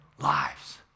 lives